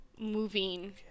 moving